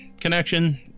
connection